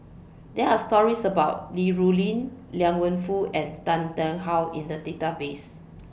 There Are stories about Li Rulin Liang Wenfu and Tan Tarn How in The Database